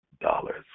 dollars